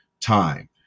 TIME